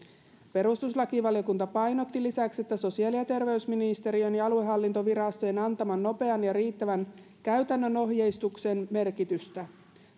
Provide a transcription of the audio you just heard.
perustuslakivaliokunta painotti lisäksi sosiaali ja terveysministeriön ja aluehallintovirastojen antaman nopean ja riittävän käytännön ohjeistuksen merkitystä